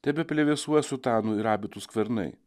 tebeplevėsuoja sutanų ir abitų skvernai